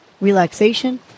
relaxation